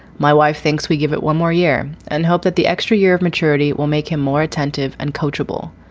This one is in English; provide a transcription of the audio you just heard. my wife thinks we give it one more year and hope that the extra year of maturity will make him more attentive and coachable.